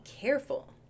careful